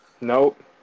nope